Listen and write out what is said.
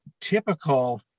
typical